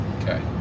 Okay